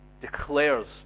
declares